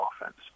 offense